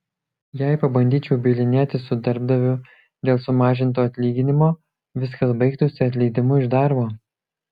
jei pabandyčiau bylinėtis su darbdaviu dėl sumažinto atlyginimo viskas baigtųsi atleidimu iš darbo